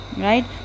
right